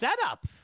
setup